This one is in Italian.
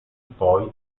poi